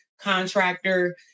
contractor